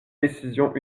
décisions